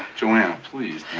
to please,